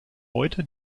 heute